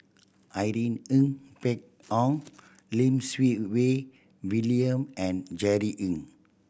Irene Ng Phek Hoong Lim Siew Wai William and Jerry Ng